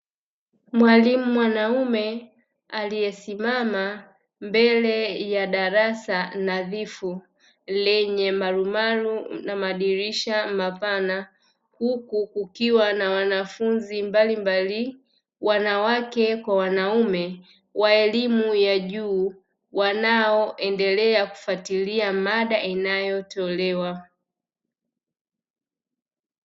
Mwalimu mwanaume aliyesimama mbele ya darasa nadhifu lenye marumaru na madirisha mapana, huku kukiwa na wanafunzi mbalimbali wanawake kwa wanaume, wa elimu ya juu wanaoendelea kufuatilia mada inayotolewa.